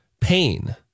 pain